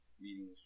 Meeting